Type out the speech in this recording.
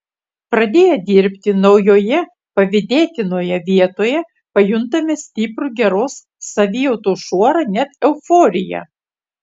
pradėję dirbti naujoje pavydėtinoje vietoje pajuntame stiprų geros savijautos šuorą net euforiją